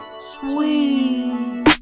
Sweet